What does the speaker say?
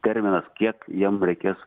terminas kiek jiem reikės